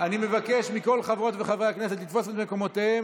אני מבקש מכל חברות וחברי הכנסת לתפוס את מקומותיהם.